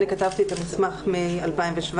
אני כתבתי את המסמך מ-2017.